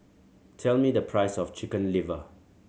tell me the price of Chicken Liver